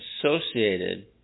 associated